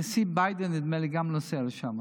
הנשיא ביידן, נדמה לי, גם נוסע לשם.